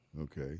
Okay